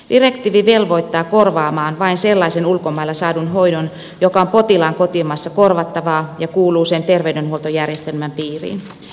direktiivi velvoittaa korvaamaan vain sellaisen ulkomailla saadun hoidon joka on potilaan kotimaassa korvattavaa ja kuuluu sen terveydenhuoltojärjestelmän piiriin